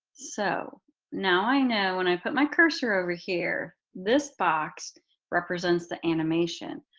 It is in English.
so now i know when i put my cursor over here, this box represents the animation.